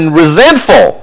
resentful